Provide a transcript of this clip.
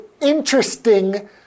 interesting